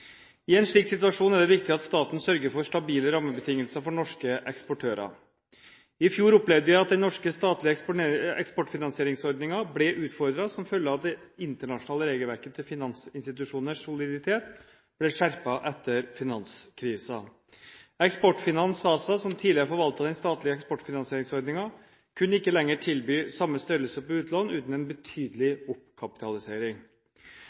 I en slik situasjon er det viktig at staten sørger for stabile rammebetingelser for norske eksportører. I fjor opplevde vi at den norske statlige eksportfinansieringsordningen ble utfordret som følge av at det internasjonale regelverket til finansinstitusjoners soliditet ble skjerpet etter finanskrisen. Eksportfinans ASA, som tidligere forvaltet den statlige eksportfinansieringsordningen, kunne ikke lenger tilby samme størrelse på utlån uten en